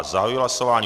Zahajuji hlasování.